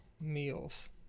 Meals